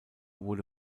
wurde